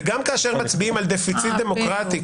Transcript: וגם כאשר מצביעים על דפיציט דמוקרטי,